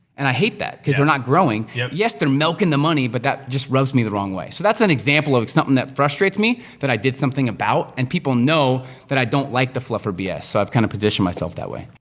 and i hate that, cause they're not growing. yeah yes, they're milkin' the money, but that just rubs me the wrong way. so, that's an example of something that frustrates me that i did something about, and people know that i don't like the fluff or bs, so i've kinda kind of positioned myself that way.